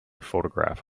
photograph